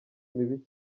mibi